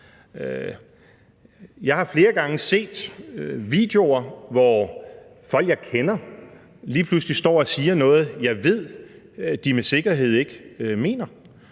Jeg har flere gange set videoer, hvor folk, jeg kender, lige pludselig står og siger noget, jeg med sikkerhed ved de ikke mener,